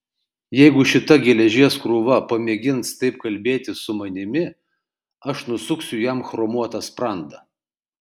jeigu šita geležies krūva pamėgins taip kalbėti su manimi aš nusuksiu jam chromuotą sprandą